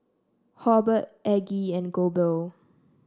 Hobert Aggie and Goebel